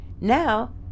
Now